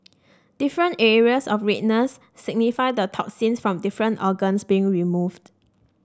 different areas of redness signify the toxins from different organs being removed